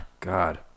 God